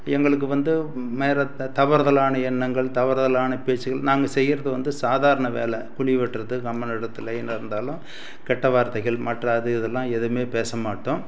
எங்களுக்கு வந்து மேலத்தை தவறுதலான எண்ணங்கள் தவறுதலான பேச்சுக்கள் நாங்கள் செய்வது வந்து சாதாரண வேலை குழி வெட்டுறது கம்பம் நடுறதுல லைன் இருந்தாலும் கெட்ட வார்த்தைகள் மற்ற அது இதெல்லாம் எதுவுமே பேசமாட்டோம்